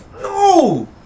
No